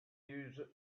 user